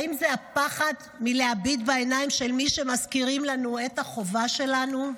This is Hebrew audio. האם זה הפחד להביט בעיניים של מי שמזכירים לנו את החובה שלנו?